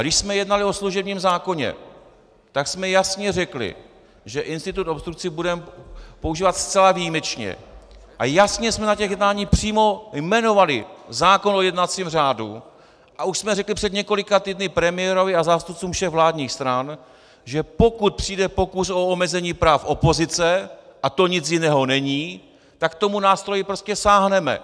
Když jsme jednali o služebním zákoně, tak jsme jasně řekli, že institut obstrukcí budeme používat zcela výjimečně, a jasně jsme na jednáních přímo jmenovali zákon o jednacím řádu a už jsme řekli před několika týdny premiérovi a zástupcům všech vládních stran, že pokud přijde pokus o omezení práv opozice, a to nic jiného není, tak k tomu nástroji prostě sáhneme.